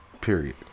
Period